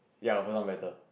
ya of course sounds better